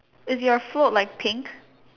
is your float like pink